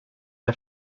jag